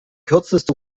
kürzeste